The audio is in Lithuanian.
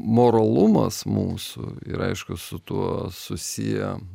moralumas mūsų ir aišku su tuo susiję